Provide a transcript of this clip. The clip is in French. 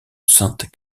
sainte